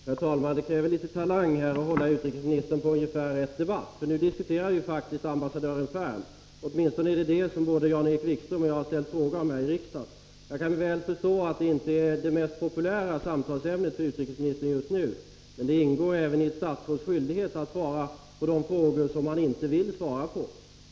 Herr talman! Det kräver litet talang att hålla utrikesministern till rätt debatt. Nu diskuterar vi faktiskt ambassadören Ferm — åtminstone är det om detta som både Jan-Erik Wikström och jag ställt frågor här i riksdagen. Jag kan väl förstå att det inte är det mest populära samtalsämnet för utrikesministern just nu, men det ingår i ett statsråds skyldighet att svara även på frågor som han inte vill svara på.